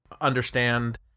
understand